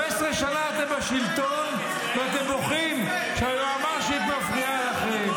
15 שנה אתם בשלטון ואתם בוכים שהיועמ"שית מפריעה לכם.